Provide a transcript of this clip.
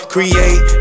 Create